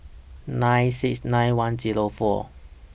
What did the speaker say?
nine six nine one Zero four